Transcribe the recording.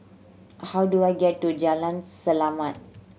how do I get to Jalan Selamat